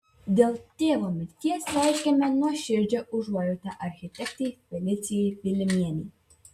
dėl tėvo mirties reiškiame nuoširdžią užuojautą architektei felicijai vilimienei